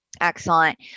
Excellent